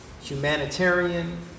humanitarian